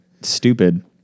stupid